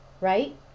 right